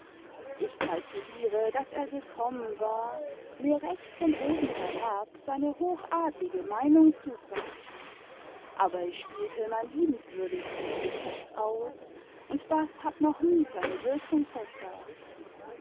ich kalkuliere daß er gekommen war mir recht von oben herab seine hochadlige meinung zu sagen aber ich spielte mein liebenswürdigstes gesicht aus und das hat noch nie seine wirkung versagt